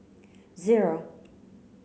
zero